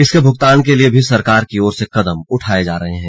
इसके भुगतान के लिए भी सरकार की ओर से कदम उठाए जा रहे हैं